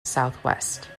southwest